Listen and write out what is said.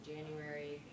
January